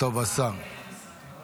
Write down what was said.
סגן שר יכול